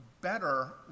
better